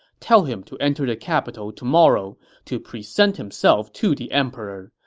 tell him to enter the capital tomorrow to present himself to the emperor,